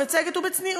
ובצדק,